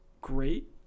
great